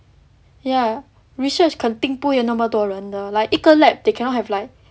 ya research 肯定不会有那么多人的 like 一个 lab they cannot have like